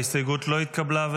ההסתייגות לא התקבלה.